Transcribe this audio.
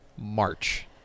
March